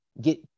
get